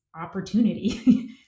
opportunity